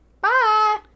Bye